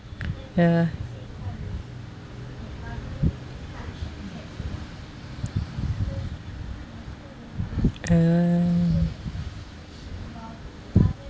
ya uh